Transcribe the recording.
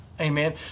amen